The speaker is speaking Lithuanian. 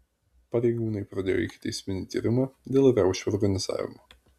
pareigūnai pradėjo ikiteisminį tyrimą dėl riaušių organizavimo